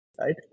right